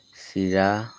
চিৰা